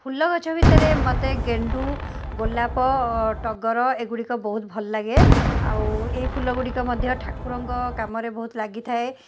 ଫୁଲଗଛ ଭିତରେ ମୋତେ ଗେଣ୍ଡୁ ଗୋଲାପ ଟଗର ଏଗୁଡ଼ିକ ବହୁତ ଭଲ ଲାଗେ ଆଉ ଏଇ ଫୁଲ ଗୁଡ଼ିକ ମଧ୍ୟ ଠାକୁରଙ୍କ କାମରେ ବହୁତ ଲାଗିଥାଏ